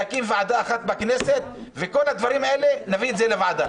להקים ועדה אחד בכנסת וכל הדברים האלה נביא את זה לוועדה.